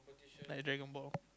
like dragon-ball